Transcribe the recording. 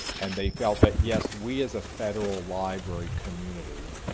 and they felt that, yes, we as a federal library community